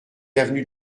avenue